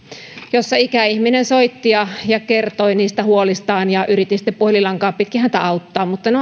jossa ikäihminen soitti ja ja kertoi niistä huolistaan ja yritin sitten puhelinlankaa pitkin häntä auttaa mutta ne